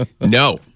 No